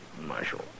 Marshal